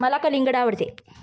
मला कलिंगड आवडते